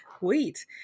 Wait